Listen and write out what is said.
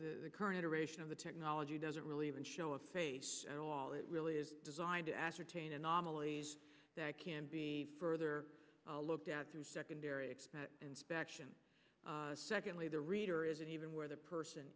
the current iteration of the technology doesn't really even show up at all it really is designed to ascertain anomalies that can be further looked at through secondary inspection secondly the reader isn't even where the person